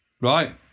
right